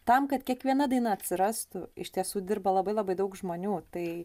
tam kad kiekviena daina atsirastų iš tiesų dirba labai labai daug žmonių tai